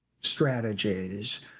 strategies